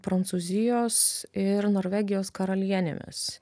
prancūzijos ir norvegijos karalienėmis